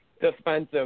defensive